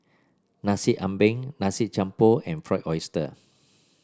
Nasi Ambeng Nasi Campur and Fried Oyster